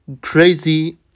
crazy